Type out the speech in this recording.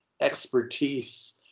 expertise